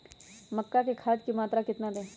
मक्का में खाद की मात्रा कितना दे?